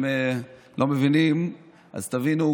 אדוני היושב-ראש,